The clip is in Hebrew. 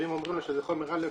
ואם אומרים לו שזה חומר א',